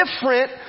different